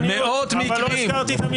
מאות מקרים.